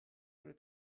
wurde